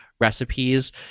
recipes